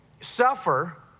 suffer